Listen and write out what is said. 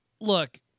look